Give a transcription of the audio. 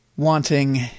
Wanting